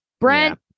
Brent